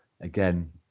again